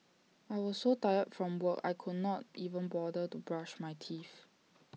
I was so tired from work I could not even bother to brush my teeth